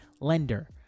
lender